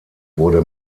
wurde